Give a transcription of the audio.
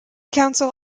council